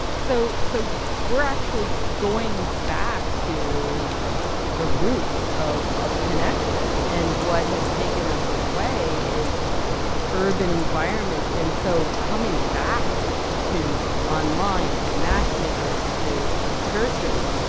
so. so we're actually going back to the roots of. of connection. and what has taken us away is urban environments. and so coming back to online, to matchmakers, to to churches.